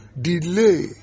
Delay